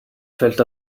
felt